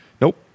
Nope